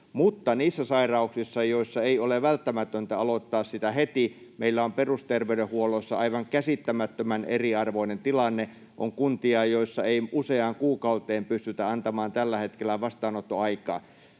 Mutta niissä sairauksissa, joissa ei ole välttämätöntä aloittaa sitä heti, meillä on perusterveydenhuollossa aivan käsittämättömän eriarvoinen tilanne. On kuntia, joissa ei useaan kuukauteen pystytä antamaan tällä hetkellä vastaanottoaikaa.